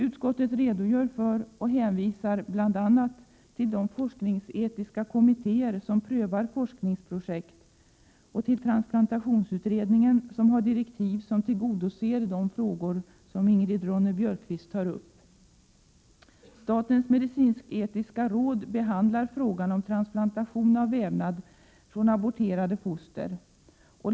Utskottet redogör för arbetet i statens medicinsk-etiska råd och hänvisar till bl.a. de forskningsetiska kommittéer som prövar forskningsprojekt och till transplantationsutredningen, som har direktiv som tillgodoser Ingrid Ronne-Björkqvists önskemål. Statens medicinsk-etiska råd behandlar frågan om transplantation av vävnad från aborterade foster.